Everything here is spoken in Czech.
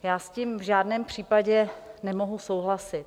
Já s tím v žádném případě nemohu souhlasit.